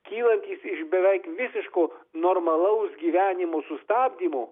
kylantys iš beveik visiško normalaus gyvenimo sustabdymo